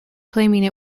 claiming